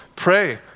Pray